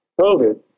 COVID